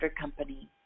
company